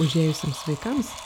užėjusiems vaikams